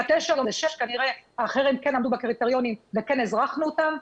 --- כנראה הם עמדו בקריטריונים וכן אזרחנו אותם.